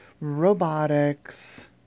robotics